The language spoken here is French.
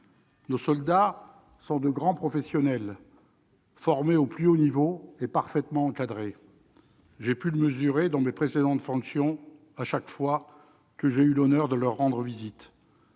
Nos soldats sont de grands professionnels, formés au plus haut niveau et parfaitement encadrés. J'ai pu le mesurer dans mes précédentes fonctions, chaque fois que j'ai eu l'honneur de leur rendre visite.